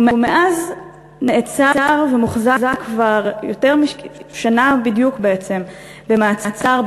ומאז נעצר ומוחזק כבר שנה בדיוק במעצר,